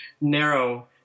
narrow